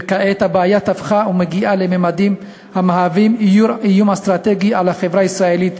וכעת הבעיה תפחה ומגיעה לממדים המהווים איום אסטרטגי על החברה הישראלית,